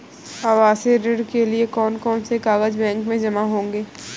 आवासीय ऋण के लिए कौन कौन से कागज बैंक में जमा होंगे?